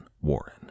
Warren